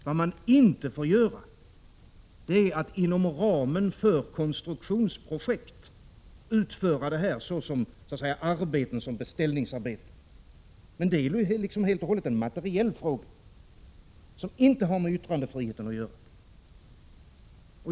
Vad man inte får göra är att inom ramen för konstruktionsprojekt utföra sådant här såsom ”beställningsarbeten”. Men det är helt och hållet en materiell fråga, som inte har med yttrandefriheten att göra.